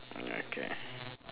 okay